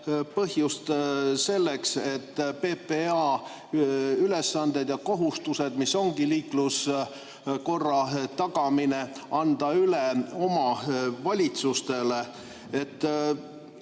põhjust anda PPA ülesanded ja kohustused, mis ongi liikluskorra tagamine, üle omavalitsustele.